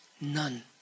none